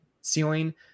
ceiling